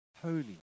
holy